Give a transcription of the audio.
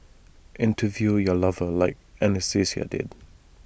interview your lover like Anastasia did